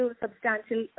substantial